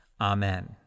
Amen